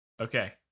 Okay